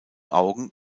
augen